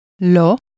Lo